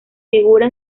figura